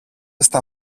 στα